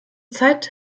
zeit